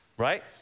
Right